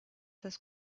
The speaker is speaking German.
das